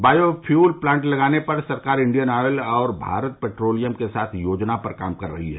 वायो fuel plant लगाने पर सरकार इण्डियन ऑयल और भारत पेट्रोलियम के साथ योजना पर काम कर रही है